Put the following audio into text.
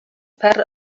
per